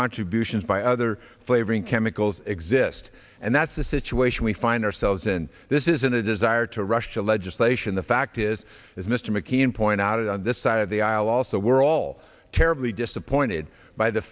contributions by other flavoring chemicals exist and that's the situation we find ourselves and this isn't a desire to rush to legislation the fact is as mr mckeon point out on this side of the aisle also we're all terribly disappointed by the